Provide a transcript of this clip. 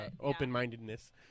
open-mindedness